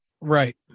Right